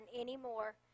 anymore